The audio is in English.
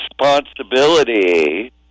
responsibility